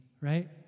right